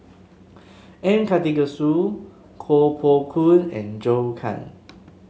M Karthigesu Koh Poh Koon and Zhou Can